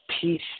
peace